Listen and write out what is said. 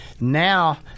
now